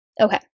Okay